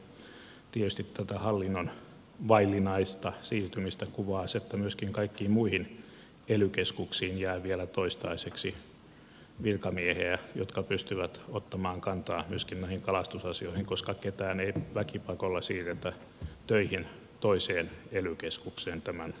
tietysti tätä hallinnon vaillinaista siirtymistä kuvaa se että myöskin kaikkiin muihin ely keskuksiin jää vielä toistaiseksi virkamiehiä jotka pystyvät ottamaan kantaa myöskin näihin kalastusasioihin koska ketään ei väkipakolla siirretä töihin toiseen ely keskukseen tämän lain vuoksi